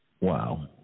Wow